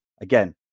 Again